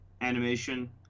animation